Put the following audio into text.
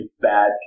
bad